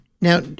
now